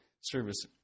service